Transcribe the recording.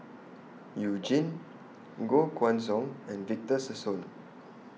YOU Jin Koh Guan Song and Victor Sassoon